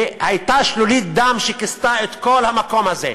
והייתה שלולית דם שכיסתה את כל המקום הזה.